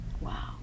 Wow